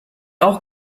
auch